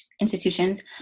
institutions